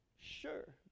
sure